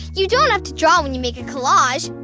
you don't have to draw when you make a collage.